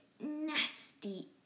nasty